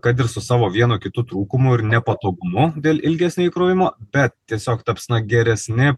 kad ir su savo vienu kitu trūkumu ir nepatogumu dėl ilgesnio įkrovimo bet tiesiog taps geresni